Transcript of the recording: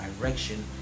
direction